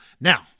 Now